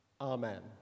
Amen